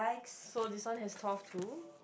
so this one has tough too